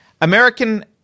American